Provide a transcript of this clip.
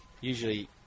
usually